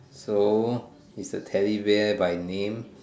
so he's a Teddy bear by name